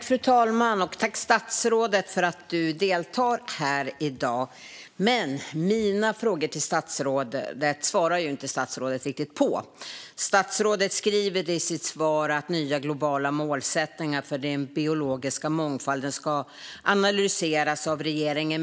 Fru talman! Jag tackar statsrådet för att hon deltar här i dag. Men statsrådet svarar inte riktigt på de frågor jag har ställt till henne. Hon säger i sitt svar att nya globala målsättningar för den biologiska mångfalden ska analyseras av regeringen.